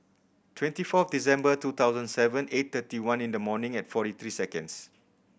twenty four December two thousand seven eight thirty one in the morning and forty three seconds